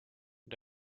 und